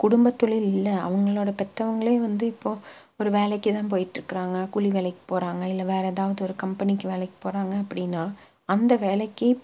குடும்ப தொழில் இல்லை அவங்களோட பெற்றவங்களே வந்து இப்போது ஒரு வேலைக்குதான் போயிட்டிருக்குறாங்க கூலி வேலைக்கு போகிறாங்க இல்லை வேறே எதாவது ஒரு கம்பெனிக்கு வேலைக்கு போகிறாங்க அப்படினா அந்த வேலைக்கு